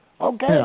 Okay